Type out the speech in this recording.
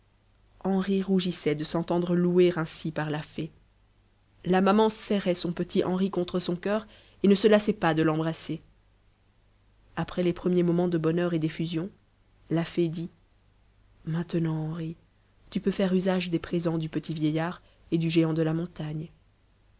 henri rougissait de s'entendre louer ainsi par la fée la maman serrait son petit henri contre son coeur et ne se lassait pas de l'embrasser après les premiers moments de bonheur et d'effusion la fée dit maintenant henri tu peux faire usage des présents du petit vieillard et du géant de la montagne